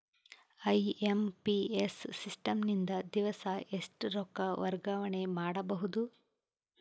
IMPS system ನಿಂದ ದಿವಸಾ ಎಷ್ಟ ರೊಕ್ಕ ವರ್ಗಾವಣೆ ಮಾಡಬಹುದು?